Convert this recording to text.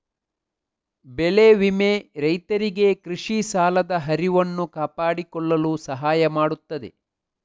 ಬೆಳೆ ವಿಮೆ ರೈತರಿಗೆ ಕೃಷಿ ಸಾಲದ ಹರಿವನ್ನು ಕಾಪಾಡಿಕೊಳ್ಳಲು ಸಹಾಯ ಮಾಡುತ್ತದೆ